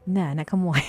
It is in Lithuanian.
ne nekamuoja